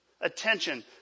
Attention